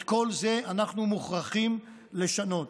את כל זה אנחנו מוכרחים לשנות.